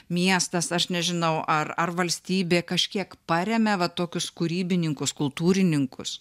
miestas aš nežinau ar ar valstybė kažkiek paremia va tokius kūrybininkus kultūrininkus